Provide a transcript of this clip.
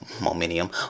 momentum